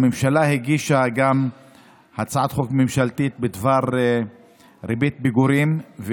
הממשלה הגישה הצעת חוק ממשלתית בדבר ריבית פיגורים,